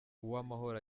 uwamahoro